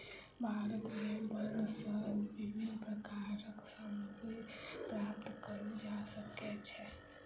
भारत में वन सॅ विभिन्न प्रकारक सामग्री प्राप्त कयल जा सकै छै